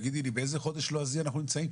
תגידי לי, באיזה חודש לועזי אנחנו נמצאים?